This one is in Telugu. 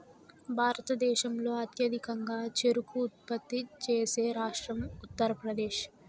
భారతదేశంలో అత్యధికంగా చెరకు ఉత్పత్తి చేసే రాష్ట్రం ఉత్తరప్రదేశ్